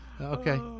Okay